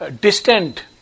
distant